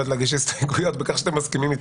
להגיש הסתייגויות בכך שאתם מסכימים איתי.